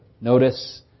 Notice